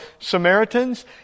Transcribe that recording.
Samaritans